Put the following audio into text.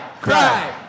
Cry